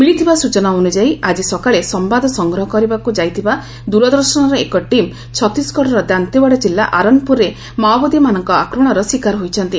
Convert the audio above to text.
ମିଳିଥିବା ସୂଚନା ଅନୁଯାୟୀ ଆଜି ସକାଳେ ସମ୍ଘାଦ ସଂଗ୍ରହ କରିବାକୁ ଯାଇଥିବା ଦରଦର୍ଶନର ଏକ ଟିମ୍ ଛତିଶଗଡ଼ର ଦାନ୍ଡେଓ୍ୱାଡ଼ା ଜିଲ୍ଲା ଆରନପୁରରେ ମାଓବାଦୀମାନଙ୍କ ଆକ୍ରମଣର ଶିକାର ହୋଇଛନ୍ତି